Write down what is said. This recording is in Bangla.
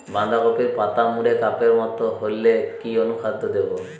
বাঁধাকপির পাতা মুড়ে কাপের মতো হলে কি অনুখাদ্য দেবো?